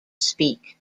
speak